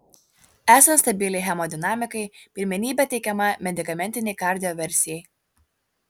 esant stabiliai hemodinamikai pirmenybė teikiama medikamentinei kardioversijai